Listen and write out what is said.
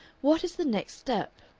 what is the next step?